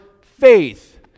faith